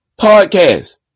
podcast